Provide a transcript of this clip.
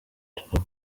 nshobora